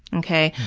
okay?